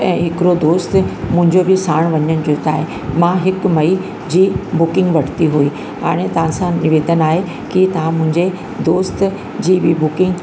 ऐं हिकिड़ो दोस्त मुंहिंजो बि साण वञणु थो चाहे मां हिकु मई जी बुकिंग वरिती हुई हाणे तव्हां सां निवेदन आहे कि तव्हां मुंहिंजे दोस्त जी बि बुकिंग